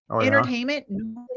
entertainment